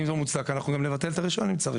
אם זה מוצדק, אנחנו גם נבטל את הרישיון אם צריך.